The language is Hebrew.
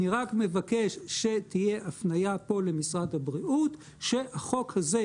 אני רק מבקש שתהיה פה הפנייה למשרד הבריאות שהחוק הזה,